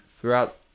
Throughout